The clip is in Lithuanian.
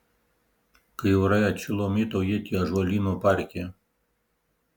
kai orai atšilo mėtau ietį ąžuolyno parke